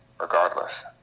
regardless